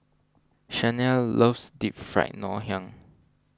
Shanae loves Deep Fried Ngoh Hiang